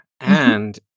And-